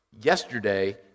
Yesterday